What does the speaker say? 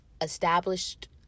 established